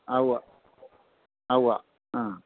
ആ ഉവ്വ ആ ഉവ്വ ആ